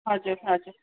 हजुर हजुर